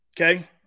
Okay